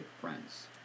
friends